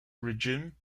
regime